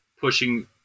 pushing